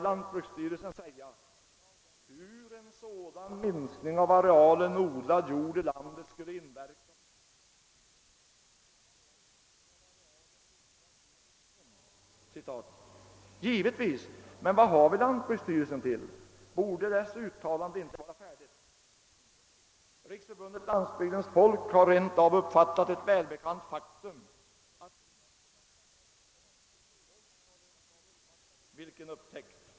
Lantbruksstyrelsen säger: »Hur en sådan minskning av arealen odlad jord i landet skulle inverka på vårt försörjningsläge är svårt att uttala sig bestämt om.» Givetvis — men vad har vi lantbruksstyrelsen till? Borde dess uttalande inte vara färdigt! Riksförbundet Landsbygdens folk har rent av uppfattat ett välbekant faktum, nämligen att »livsmedelsbristen i världen växer för varje år som går». Vilken upptäckt!